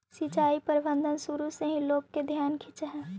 सिंचाई प्रबंधन शुरू से ही लोग के ध्यान खींचऽ हइ